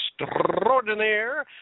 extraordinaire